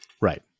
right